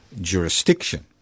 jurisdiction